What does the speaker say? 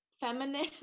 feminine